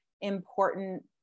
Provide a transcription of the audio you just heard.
important